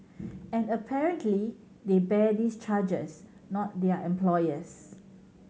and apparently they bear these charges not their employers